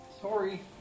Sorry